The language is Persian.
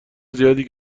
زیادی